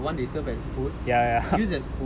then I saw the ஐயர்:aiyar using the